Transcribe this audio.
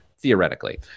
theoretically